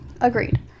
Agreed